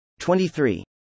23